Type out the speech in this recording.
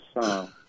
song